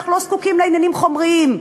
אנחנו לא זקוקים לעניינים חומריים,